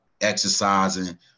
exercising